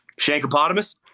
Shankopotamus